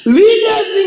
leaders